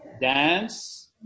Dance